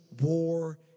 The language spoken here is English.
war